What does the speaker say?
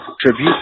tribute